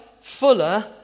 fuller